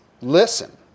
listen